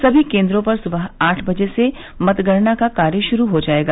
सभी केन्द्रों पर सुबह आठ बजे से मतगणना का कार्य शुरू हो जायेगा